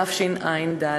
תשע"ד.